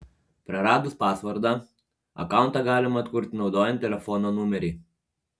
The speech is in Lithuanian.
praradus pasvordą akauntą galima atkurti naudojant telefo numerį